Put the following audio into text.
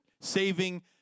saving